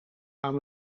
gaan